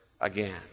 again